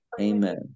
Amen